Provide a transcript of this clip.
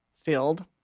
field